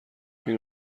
این